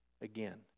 Again